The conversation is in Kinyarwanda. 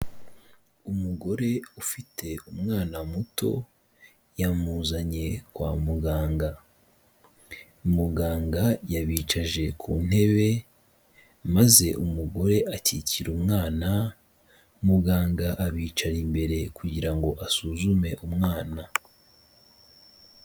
Umugore ufite umwana muto yamuzanye kwa muganga, muganga yabicaje ku ntebe maze umugore akikira umwana, muganga abicara imbere kugira ngo asuzume umwana.